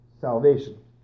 salvation